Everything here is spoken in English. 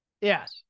Yes